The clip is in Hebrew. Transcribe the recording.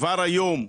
כבר היום,